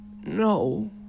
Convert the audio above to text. No